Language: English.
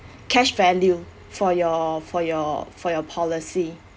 cash value for your for your for your policy